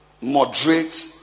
moderate